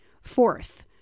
Fourth